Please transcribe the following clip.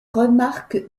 remarque